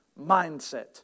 mindset